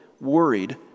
worried